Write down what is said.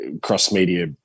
cross-media